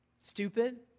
Stupid